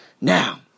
Now